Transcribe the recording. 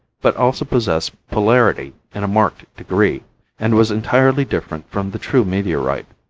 but also possessed polarity in a marked degree and was entirely different from the true meteorite.